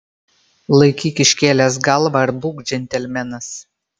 laikyk iškėlęs galvą ir būk džentelmenas